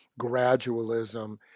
gradualism